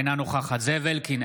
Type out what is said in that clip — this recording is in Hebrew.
אינה נוכחת זאב אלקין,